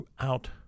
throughout